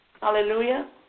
Hallelujah